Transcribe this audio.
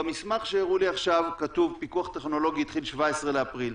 במסמך שהראו לי עכשיו כתוב: פיקוח טכנולוגי התחיל ב-17 באפריל.